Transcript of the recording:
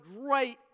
great